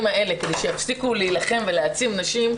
האלה כדי שיפסיקו להילחם ולהציל נשים,